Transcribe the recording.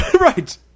Right